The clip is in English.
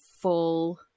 full